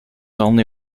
only